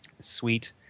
Sweet